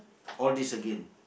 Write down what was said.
all these again